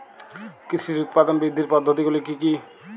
কৃষির উৎপাদন বৃদ্ধির পদ্ধতিগুলি কী কী?